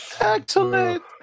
Excellent